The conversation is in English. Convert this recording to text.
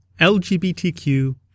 LGBTQ